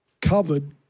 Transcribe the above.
covered